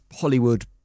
Hollywood